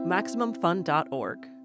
MaximumFun.org